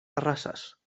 terrasses